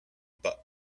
but